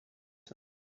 them